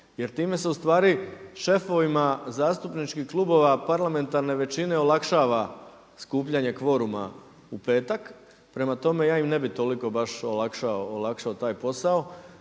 Jer time se u stvari šefovima zastupničkih klubova parlamentarne većine olakšava skupljanje kvoruma u petak. Prema tome, ja im ne bih toliko baš olakšao taj posao.